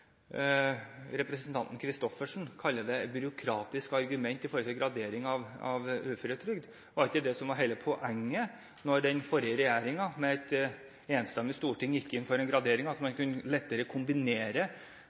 representanten Christoffersen kaller det som gjelder graderingen av uføretrygd, for «et byråkratisk argument». Var det ikke det som var hele poenget da den forrige regjeringen med et enstemmig storting gikk inn for den graderingen, at man